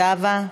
זהבה.